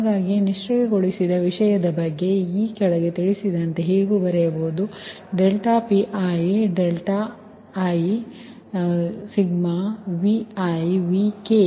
ಹಾಗಾಗಿ ನಿಷ್ಕ್ರಿಯಗೊಳಿಸಿದವಿಷಯದ ಬಗ್ಗೆ ಈ ಕೆಳಗೆ ತೋರಿಸಿದಂತೆ ಹೀಗೂ ಬರೆಯಬಹುದು ∂Pi∂δik1n|Vi||Vk‖Yik|ik ik |Vi|2 |Yii| ii ಇದು ಸಮೀಕರಣ 65 ಆಗಿದೆ